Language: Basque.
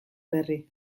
berri